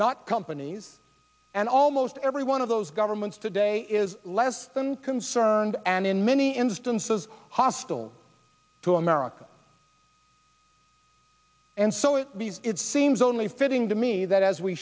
not companies and almost every one of those governments today is less than concerned and in many instances hostile to america and so it seems only fitting to me that as we